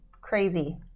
Crazy